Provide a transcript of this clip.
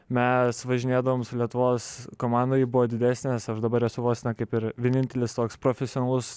mes važinėdavom su lietuvos komanda ji buvo didesnės aš dabar esu vos ne kaip ir vienintelis toks profesionalus